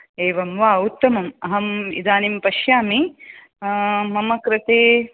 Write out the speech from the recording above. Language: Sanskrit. एवं वा उत्तमं अहम् इदानीं पश्यामि मम कृते